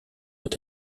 est